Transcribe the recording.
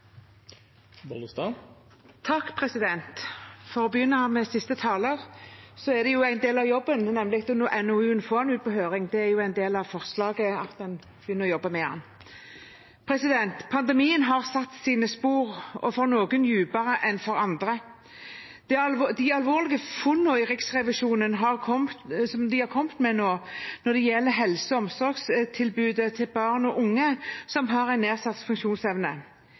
jo en del av jobben med NOU-en – å få den ut på høring. Det er en del av forslaget at en begynner å jobbe med den. Pandemien har satt sine spor, og for noen dypere enn for andre. Det er alvorlige funn som Riksrevisjonen nå har gjort når det gjelder helse- og omsorgstilbudet til barn og unge som har en nedsatt funksjonsevne.